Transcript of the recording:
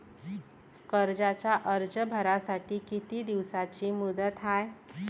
कर्जाचा अर्ज भरासाठी किती दिसाची मुदत हाय?